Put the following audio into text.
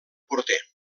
porter